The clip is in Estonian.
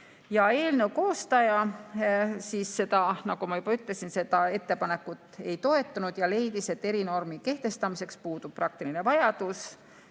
Eelnõu koostaja, nagu ma juba ütlesin, seda ettepanekut ei toetanud ja leidis, et erinormi kehtestamiseks puudub praktiline vajadus.